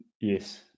yes